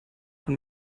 von